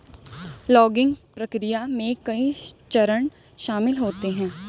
logging प्रक्रिया में कई चरण शामिल होते है